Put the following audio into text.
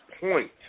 point